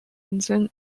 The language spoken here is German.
inseln